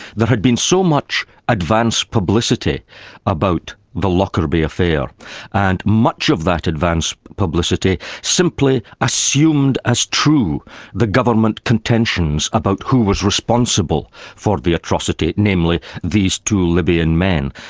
had been so much advance publicity about the lockerbie affair and much of that advance publicity simply assumed as true the government contentions about who was responsible for the atrocity, namely these two libyan men,